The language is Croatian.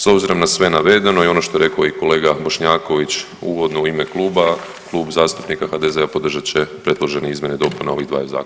S obzirom na sve navedeno i ono što je rekao i kolega Bošnjaković uvodno u ime kluba, Klub zastupnika HDZ-a podržat će predložene izmjene i dopune ovih dvaju zakona.